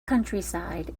countryside